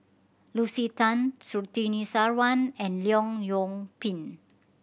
Lucy Tan Surtini Sarwan and Leong Yoon Pin